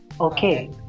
okay